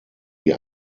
die